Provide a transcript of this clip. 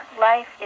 Life